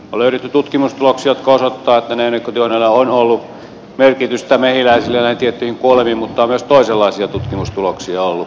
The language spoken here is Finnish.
on löydetty tutkimustuloksia jotka osoittavat että neonikotinoideilla on ollut merkitystä mehiläisille näihin tiettyihin kuolemiin mutta on myös toisenlaisia tutkimustuloksia ollut